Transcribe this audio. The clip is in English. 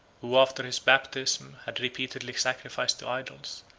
who after his baptism had repeatedly sacrificed to idols,